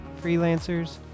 freelancers